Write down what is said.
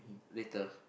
later